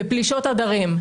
בפלישות הדרים,